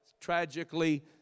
Tragically